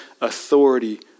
authority